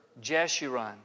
Jeshurun